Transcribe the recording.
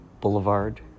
Boulevard